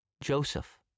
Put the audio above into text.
Joseph